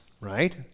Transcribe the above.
right